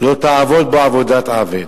לא תעבוד בו עבודת עבד.